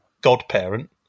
Godparent